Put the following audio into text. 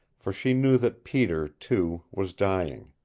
for she knew that peter, too, was dying.